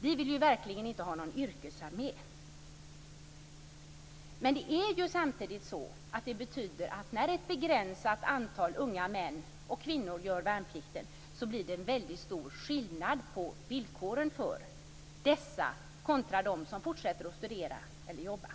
Vi vill verkligen inte ha någon yrkesarmé. När ett begränsat antal unga män och kvinnor gör värnplikten betyder det samtidigt att det blir en väldigt stor skillnad mellan villkoren för dessa och villkoren för dem som fortsätter att studera eller jobba.